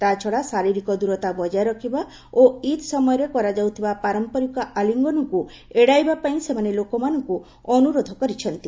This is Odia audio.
ତା'ଛଡା ଶାରୀରିକ ଦୂରତା ବଜାୟ ରଖିବା ଓ ଇଦ୍ ସମୟରେ କରାଯାଉଥିବା ପାରମ୍ପରିକ ଆଲିଙ୍ଗନକୁ ଏଡାଇବା ପାଇଁ ସେମାନେ ଲୋକମାନଙ୍କୁ ଅନୁରୋଧ କରିଛନ୍ତି